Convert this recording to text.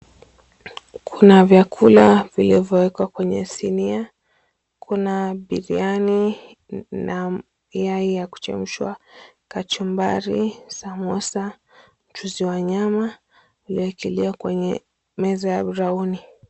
Kuna vyakula vilivyowekwa kwenye sinia, kuna biriyani na mayai ya kuchemshwa , kachumbari, samosa, mchuzi wa nyama iliyowekelewa kwenye meza ya braoni .